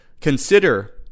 consider